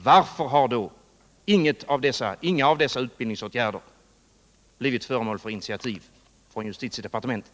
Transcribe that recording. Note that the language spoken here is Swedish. Varför har då inga av dessa utbildningsåtgärder blivit föremål för initiativ från justitiedepartementet?